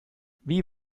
wie